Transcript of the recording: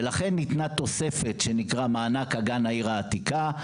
ולכן ניתנה תוספת שנקרא "מענק אגן העיר העתיקה".